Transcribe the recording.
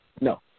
No